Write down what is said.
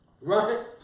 Right